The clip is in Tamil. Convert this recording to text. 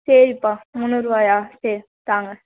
சரிப்பா முந்நூறுருபாயா சரி தாங்க